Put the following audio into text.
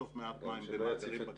יאסוף מעט מים בגליל.